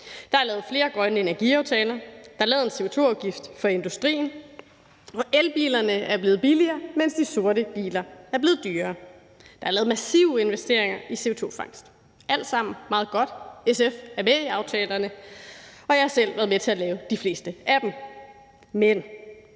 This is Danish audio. Der er lavet flere grønne energiaftaler, der er lavet en CO2-afgift for industrien, hvor elbilerne er blevet billigere, mens de sorte biler er blevet dyrere. Der er lavet massive investeringer i CO2-fangst – alt sammen meget godt. SF er med i aftalerne, og jeg har selv været med til at lave de fleste af dem. Men